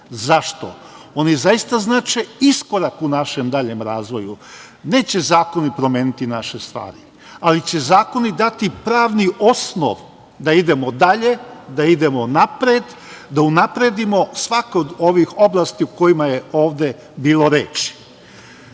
Zašto? Oni zaista znače iskorak u našem daljem razvoju. Neće zakoni promeniti naše stvari, ali će zakoni dati pravni osnov da idemo dalje, da idemo napred, da unapredimo svaku od ovih oblasti o kojima je ovde bilo reči. Iz